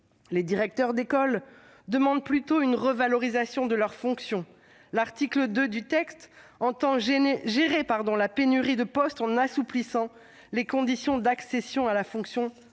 Les directeurs d'école demandent plutôt une revalorisation de leur fonction. On entend gérer la pénurie de postes en assouplissant les conditions d'accès à la fonction de directeur-